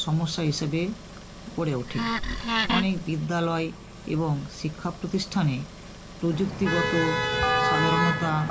সমস্যা হিসাবে গড়ে ওঠে অনেক বিদ্যালয় এবং শিক্ষা প্রতিষ্ঠানে প্রযুক্তিগত সাধারণতা